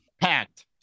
packed